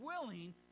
willing